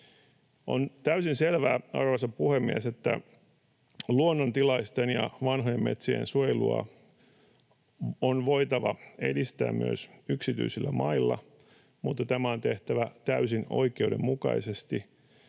On täysin selvää, arvoisa puhemies, että luonnontilaisten ja vanhojen metsien suojelua on voitava edistää myös yksityisillä mailla, mutta tämä on tehtävä täysin oikeudenmukaisesti.